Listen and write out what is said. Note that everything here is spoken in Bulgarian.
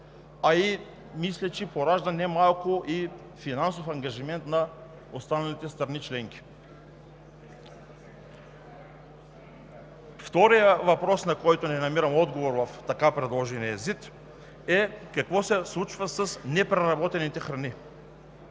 а и мисля, че поражда и немалък финансов ангажимент на останалите страни членки. Вторият въпрос, на който не намирам отговор в така предложения ЗИД, е какво се случва с непреработените храни,